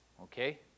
okay